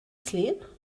sleep